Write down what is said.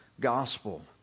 gospel